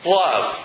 love